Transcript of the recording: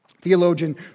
Theologian